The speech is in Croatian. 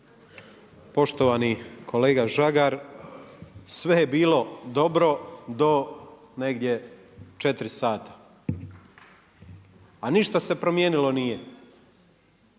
Poštovani kolega Žagar, sve je bilo dobro do negdje 4 sata. A ništa se promijenilo nije.